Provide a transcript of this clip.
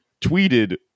tweeted